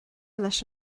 leis